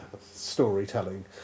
storytelling